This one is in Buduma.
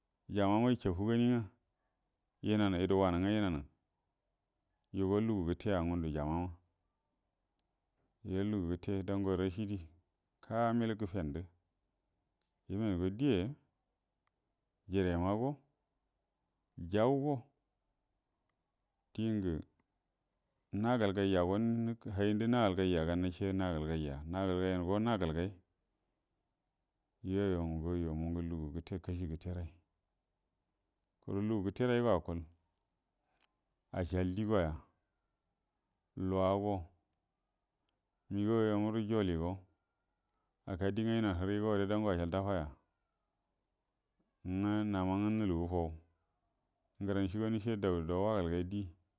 Jama’a məa’ ya’ca’ba gani, ənwə yuduawanə, yənanə yuo go lugu gəte a ngundə jama’a ma, yuo lugu gəte dan go rashida ka’amil gətenə, yəmengo dieyaya, jire ma go jau ndingə nagalgayyago handə nagalgay yaga nəce nagalgay gayya, nagalgay ngo nagalgay yuoyu mun lugu gətə kashi gətə ray kum lugu gətəray go akuəl acəal die go ya luwa go məgəaw yammuruə jolie go aka diegnwə yənand hieri go gərə dango acəa dafaya ngwə nama ngə nulu gufuw ngəran cie nəce dau dow-wa galgay die.